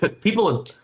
people